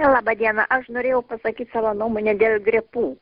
laba diena aš norėjau pasakyt savo nuomonę dėl gripų